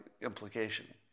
implication